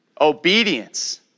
Obedience